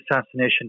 assassination